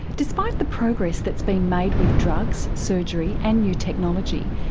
despite the progress that's been made with drugs, surgery and new technology,